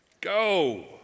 go